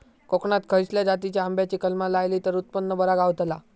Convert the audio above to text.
कोकणात खसल्या जातीच्या आंब्याची कलमा लायली तर उत्पन बरा गावताला?